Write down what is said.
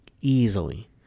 easily